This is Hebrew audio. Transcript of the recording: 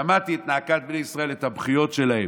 "שמעתי את נאקת בני ישראל" את הבכיות שלהם,